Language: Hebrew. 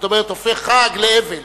זאת אומרת, הופך חג לאבל.